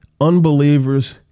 unbelievers